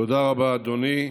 תודה רבה, אדוני.